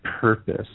purpose